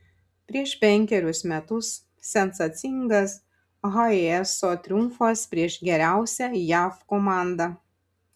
prieš penkerius metus sensacingas hayeso triumfas prieš geriausią jav komandą